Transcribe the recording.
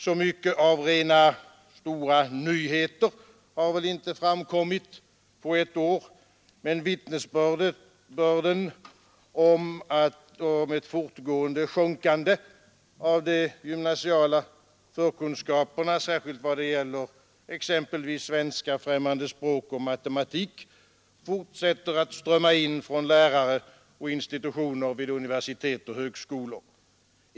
Så mycket av rena stora nyheter har väl inte framkommit på ett år, men vittnesbörden om ett fortgående sjunkande av de gymnasiala förkunskaperna, särskilt vad gäller svenska, främmande språk och matematik, fortsätter att strömma in från lärare och institutioner vid universitet och högskolor.